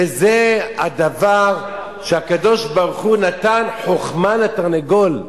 וזה הדבר שהקדוש-ברוך-הוא נתן חוכמה לתרנגול.